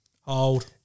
Hold